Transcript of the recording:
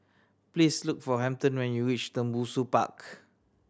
please look for Hampton when you reach Tembusu Park